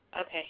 okay